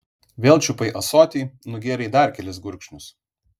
vėl čiupai ąsotį nugėrei dar kelis gurkšnius